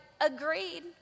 agreed